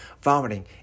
vomiting